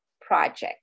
Project